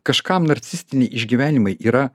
kažkam narcisistiniai išgyvenimai yra